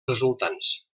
resultants